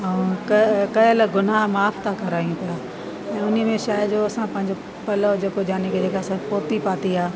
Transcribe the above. ऐं क कयल गुनाह माफ़ था करायूं पिया ऐं उन में शइ जो असां पंहिंजो पल्लव जेको जाने करे का असां पोती पाती आहे